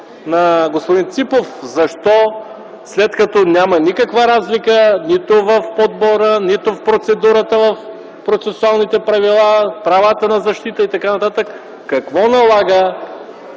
на господин Ципов защо след като няма никаква разлика нито в подбора, нито в процедурата в процесуалните правила, правата на защита и т.н., какво налага